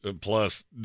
plus